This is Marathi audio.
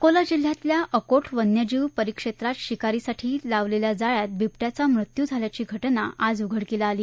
अकोला जिल्ह्यातील अको वन्यजीव परिक्षेत्रात शिकारीसाठी लावलेल्या जाळ्यात बिब ्विंचा मृत्यू झाल्याची घरिता आज उघडकीला आली